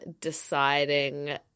deciding